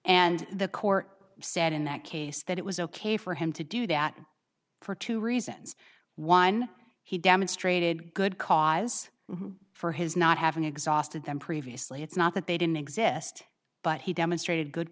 and the court said in that case that it was ok for him to do that for two reasons one he demonstrated good cause for his not having exhausted them previously it's not that they didn't exist but he demonstrated good